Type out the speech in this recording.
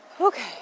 okay